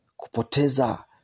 Kupoteza